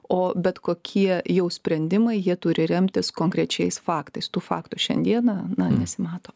o bet kokie jau sprendimai jie turi remtis konkrečiais faktais tų faktų šiandieną na nesimato